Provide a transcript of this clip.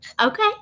Okay